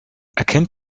erkennt